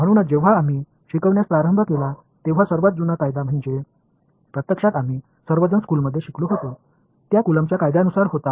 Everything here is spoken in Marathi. म्हणूनच जेव्हा आम्ही शिकवण्यास प्रारंभ केला तेव्हा सर्वात जुना कायदा म्हणजे प्रत्यक्षात आम्ही सर्वजण हायस्कूलमध्ये शिकलो होतो त्या कुलंबच्या कायद्यानुसार होता